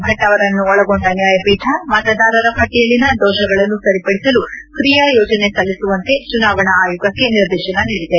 ಭಟ್ ಅವರನ್ನು ಒಳಗೊಂಡ ನ್ಯಾಯಪೀಠ ಮತದಾರರ ಪಟ್ಟಿಯಲ್ಲಿನ ದೋಷಗಳನ್ನು ಸರಿಪದಿಸಲು ಕ್ರಿಯಾ ಯೋಜನೆ ಸಲ್ಲಿಸುವಂತೆ ಚುನಾವಣಾ ಆಯೋಗಕ್ಕೆ ನಿರ್ದೇಶನ ನೀಡಿದೆ